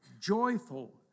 joyful